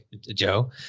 joe